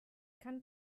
kann